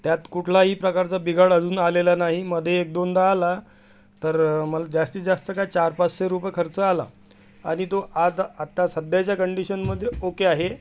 त्यात कुठलाही प्रकारचा बिघाड अजून आलेला नाही मध्ये एकदोनदा आला तर मला जास्तीत जास्त काय चार पाचशे रुपये खर्च आला आणि तो आत आता सध्याच्या कंडिशनमध्ये ओके आहे